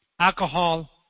alcohol